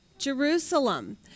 Jerusalem